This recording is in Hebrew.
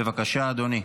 בבקשה, אדוני.